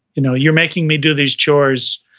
you know you're making me do these chores,